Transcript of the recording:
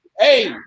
Hey